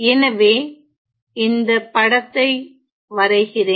எனவே இந்த படத்தை வரைகிறேன்